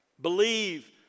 Believe